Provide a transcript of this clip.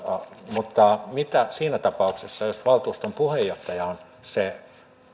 mutta mitä tapahtuu siinä tapauksessa jos valtuuston puheenjohtaja on se